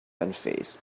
unfazed